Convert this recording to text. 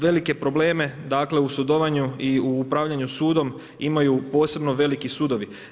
Velike probleme u sudovanju i u upravljanju sudom imaju posebno veliki sudovi.